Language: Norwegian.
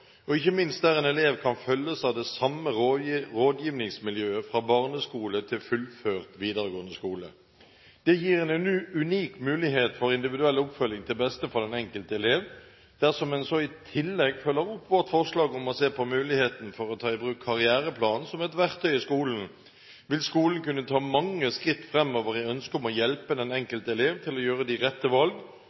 og ikke minst der en elev kan følges av det samme rådgivningsmiljøet fra barneskole til fullført videregående skole. Det gir en unik mulighet for individuell oppfølging til beste for den enkelte elev. Dersom en så i tillegg følger opp vårt forslag om å se på muligheten for å ta i bruk karriereplan som et verktøy i skolen, vil skolen kunne ta mange skritt framover i ønsket om å hjelpe den enkelte elev til å gjøre de rette valg,